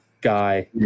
guy